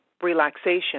relaxation